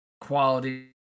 quality